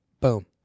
Boom